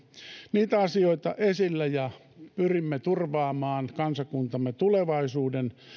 niitä asioita esillä ja pyrimme turvaamaan kansakuntamme tulevaisuuden